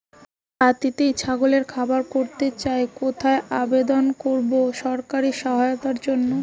বাতিতেই ছাগলের খামার করতে চাই কোথায় আবেদন করব সরকারি সহায়তার জন্য?